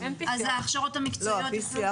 ההכשרות המקצועיות יוכלו גם להיות --- לא,